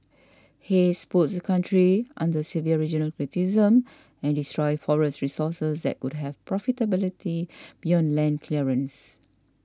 haze puts the country under severe regional criticism and destroys forest resources that could have profitability beyond land clearance